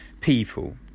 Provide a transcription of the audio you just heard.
people